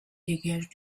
dégagent